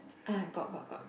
ah got got got